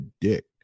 dick